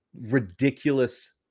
ridiculous